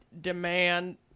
demand